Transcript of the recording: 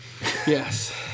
Yes